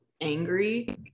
angry